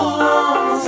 long